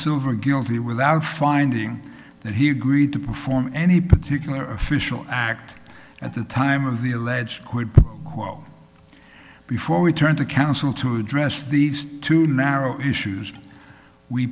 silver guilty without finding that he agreed to perform any particular official act at the time of the alleged quid pro quo before we turn to council to address these two narrow issues we